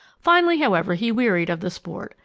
finally, however, he wearied of the sport,